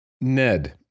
Ned